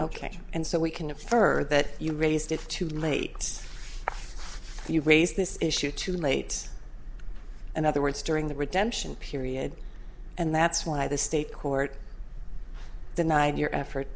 ok and so we can a further that you raised it's too late you've raised this issue too late and other words during the redemption period and that's why the state court deny your effort